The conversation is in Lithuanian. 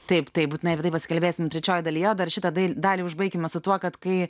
taip taip būtinai apie tai pasikalbėsim trečioj dalyje dar šitą dai dalį užbaikime su tuo kad kai